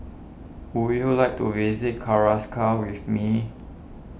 would you like to visit Caracas with me